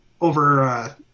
over